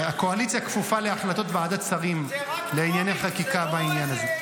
הקואליציה כפופה להחלטות ועדת השרים לענייני חקיקה בעניין הזה.